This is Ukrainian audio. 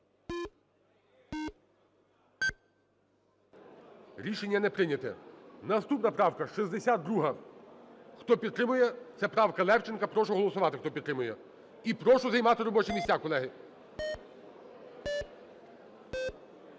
Рішення не прийнято. Наступна правка 62. Хто підтримує… Це правкаЛевченка. Прошу голосувати, хто підтримує. І прошу займати робочі місця, колеги.